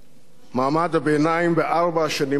מעמד הביניים בארבע השנים האחרונות.